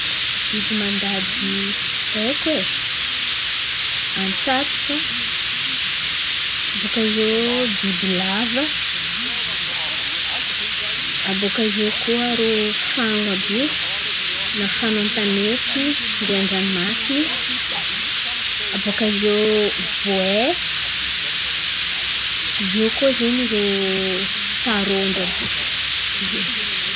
Biby mandady haiko e: antsatsaka, bôkà eo bibilava, abôkà eo koa irô fano àby io. Na fano an-tanety ndray an-dranomasin̈y, abôkà eo voay, eo koa zen̈y irô tarôndro àby io, zen̈y.